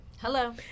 Hello